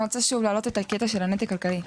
אני רוצה שוב להעלות את הקטע של הנתק הכלכלי.